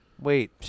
Wait